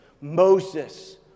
Moses